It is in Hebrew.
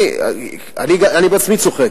אני בעצמי צוחק,